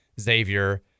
Xavier